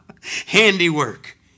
Handiwork